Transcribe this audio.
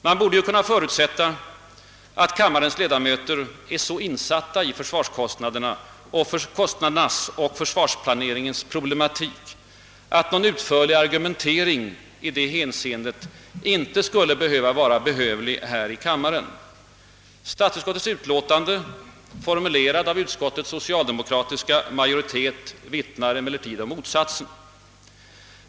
Mån borde kunna förutsätta att kammarens ledamöter är så insatta i försvarskostnadernas och försvarsplaneringens problematik, att någon utförlig argumentering i det hänseendet inte skulle behövas här i kammaren. Statsutskottets utlåtande, formulerat av utskottets socialdemokratiska majoritet, vittnar emellertid om motsatsen.